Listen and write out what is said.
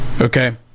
Okay